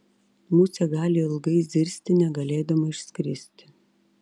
musė gali ilgai zirzti negalėdama išskristi